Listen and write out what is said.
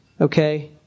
okay